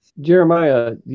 Jeremiah